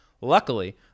Luckily